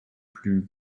plus